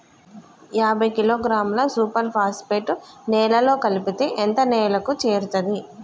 యాభై కిలోగ్రాముల super phosphate నేలలో కలిపితే ఎంత నేలకు చేరుతది?